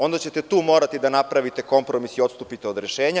Onda ćete tu morati da napravite kompromis i odstupite od rešenja.